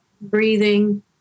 breathing